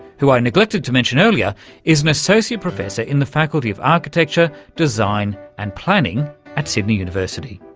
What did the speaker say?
who i neglected to mention earlier is an associate professor in the faculty of architecture, design and planning at sydney university.